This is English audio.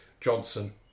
Johnson